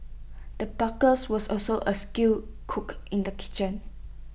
the butcher was also A skilled cook in the kitchen